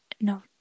No